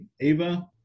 eva